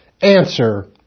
Answer